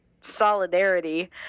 solidarity